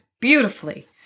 beautifully